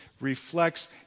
reflects